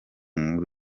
nkuru